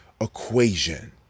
equation